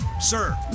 sir